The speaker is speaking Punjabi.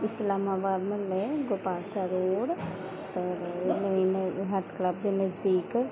ਇਸਲਾਮਾਬਾਦ ਮੁਹੱਲੇ ਗੋਪਾਲਸਾ ਰੋਡ ਤਰ ਨਵੀਨੇ ਹੈਲਥ ਕਲੱਬ ਦੇ ਨਜ਼ਦੀਕ